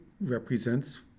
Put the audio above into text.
represents